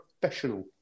professional